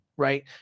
Right